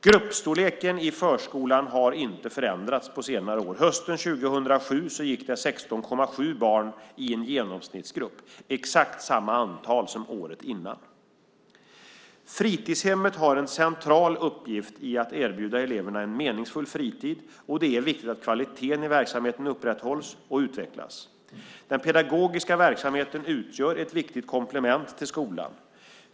Gruppstorlekarna i förskolan har inte förändrats på senare år. Hösten 2007 gick det 16,7 barn i en genomsnittsgrupp, exakt samma antal som året innan. Fritidshemmet har en central uppgift i att erbjuda eleverna en meningsfull fritid, och det är viktigt att kvaliteten i verksamheten upprätthålls och utvecklas. Den pedagogiska verksamheten utgör ett viktigt komplement till skolan.